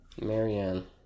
Marianne